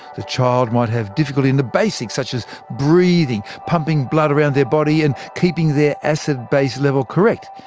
the child might have difficulty in the basics such as breathing, pumping blood around their body, and keeping their acid-base level correct.